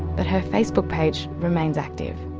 but her facebook page remains active.